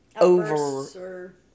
over